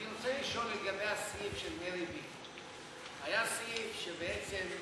אני רוצה לשאול לגבי הסעיף של "מרי B". היה סעיף שקבע